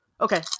Okay